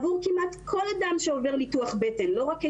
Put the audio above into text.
עבור כמעט כל אדם שעובר ניתוח בטן לא רק קיסרי,